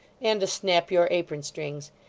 and to snap your apron-strings.